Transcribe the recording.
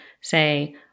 say